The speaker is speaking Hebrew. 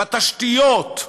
בתשתיות,